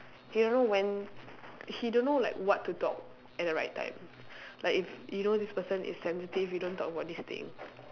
he don't know when he don't know like what to talk at the right time like if you know this person is sensitive you don't talk about this thing